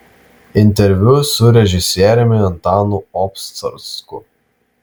interviu su režisieriumi antanu obcarsku